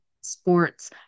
sports